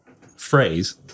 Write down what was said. phrase